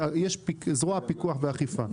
יש זרוע פיקוח ואכיפה.